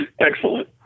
Excellent